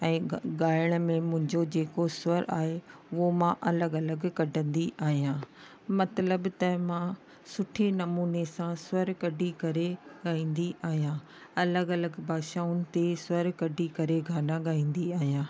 ऐं ग ॻाइण में मुंहिंजो जेको स्वर आहे उहो मां अलॻि अलॻि कढंदी आहियां मतलबु त मां सुठे नमूने सां स्वर कढी करे गाईंदी आहियां अलॻि अलॻि भाषाउनि ते स्वर कढी करे गाना गाईंदी आहियां